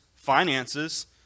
finances